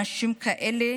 אנשים כאלה